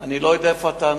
אני לא יודע איפה הטענות.